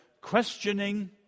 questioning